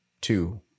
two